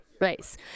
race